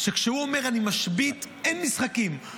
כשהוא אומר "אני משבית" אין משחקים,